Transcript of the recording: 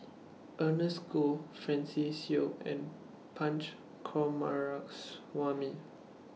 Ernest Goh Francis Seow and Punch Coomaraswamy